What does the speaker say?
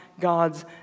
God's